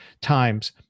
times